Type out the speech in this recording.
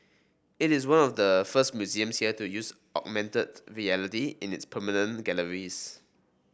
it is one of the first museums here to use augmented reality in its permanent galleries